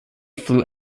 flew